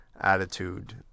attitude